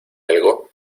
algo